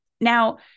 Now